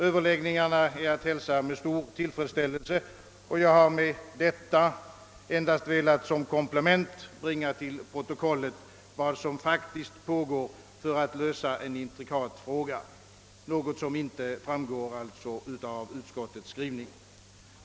Överläggningarna är att hälsa med stor tillfredsställelse, och jag har med detta inlägg endast velat som ett komplement bringa till protokollet vad som faktiskt pågår för att lösa ett intrikat problem, något som alltså inte framgår av utskottets skrivning.